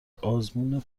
آزمون